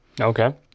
Okay